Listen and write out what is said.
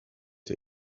der